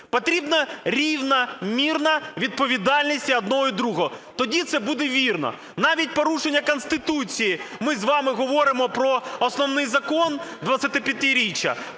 Потрібна рівномірно відповідальність і одного, і другого, тоді це буде вірно. Навіть порушення Конституції, ми з вами говоримо про Основний Закон, 25-річчя,